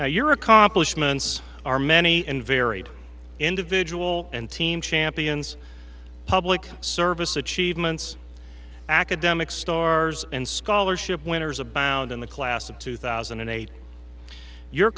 know your accomplishments are many and varied individual and team champions public service achievements academic stars and scholarship winners abound in the class of two thousand and eight your